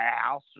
House